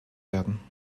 werden